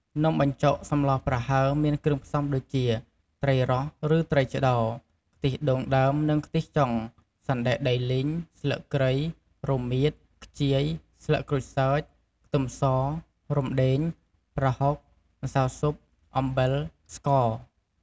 នំបញ្ចុកសម្លប្រហើរមានគ្រឿងផ្សំដូចជា ត្រីរ៉ស់ឬត្រីឆ្តោរ ខ្ទិះដូងដើមនិងខ្ទិះចុង សណ្តែកដីលីង ស្លឺកគ្រៃ រមៀត ខ្ជាយ ស្លឹកក្រូចសើច ខ្ទឹមស រំដេង ប្រហុក ម្សៅស៊ុប អំបិល ស្ករ។